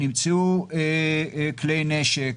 נמצאו כלי נשק.